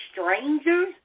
strangers